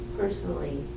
personally